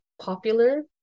popular